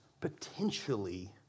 potentially